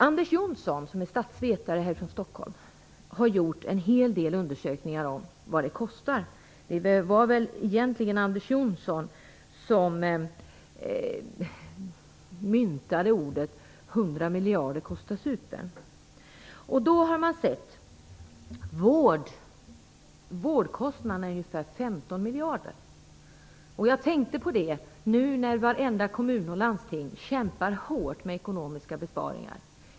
Anders Johnson, som är statsvetare här i Stockholm, har gjort en hel del undersökningar av vad det kostar. Det var väl egentligen Anders Johnson som myntade uttrycket: 100 miljarder kostar supen. Där kan man se att vårdkostnaderna är ungefär 15 miljarder. Jag tänkte på det nu när varenda kommun och landsting kämpar hårt med ekonomiska besparingar.